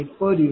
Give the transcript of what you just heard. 111512 p